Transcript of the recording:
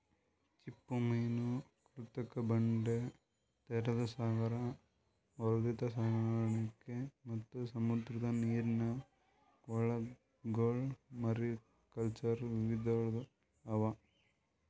ಚಿಪ್ಪುಮೀನು, ಕೃತಕ ಬಂಡೆ, ತೆರೆದ ಸಾಗರ, ವರ್ಧಿತ ಸಂಗ್ರಹಣೆ ಮತ್ತ್ ಸಮುದ್ರದ ನೀರಿನ ಕೊಳಗೊಳ್ ಮಾರಿಕಲ್ಚರ್ ವಿಧಿಗೊಳ್ ಅವಾ